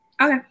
okay